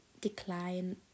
decline